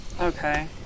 Okay